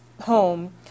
home